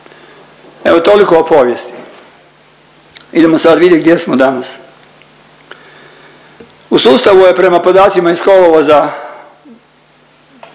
Evo toliko o povijesti. Idemo sad vidjeti gdje smo danas. U sustavu je prema podacima iz kolovoza